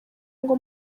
ngo